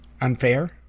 unfair